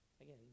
again